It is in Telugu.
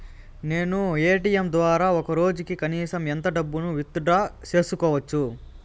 నేను ఎ.టి.ఎం ద్వారా ఒక రోజుకి కనీసం ఎంత డబ్బును విత్ డ్రా సేసుకోవచ్చు?